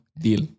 deal